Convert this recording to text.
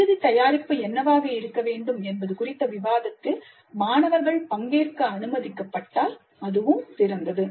இறுதி தயாரிப்பு என்னவாக இருக்க வேண்டும் என்பது குறித்த விவாதத்தில் மாணவர்கள் பங்கேற்க அனுமதிக்கப்பட்டால் அதுவும் சிறந்தது